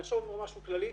אני עכשיו אומר פה משהו כללי,